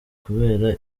kubera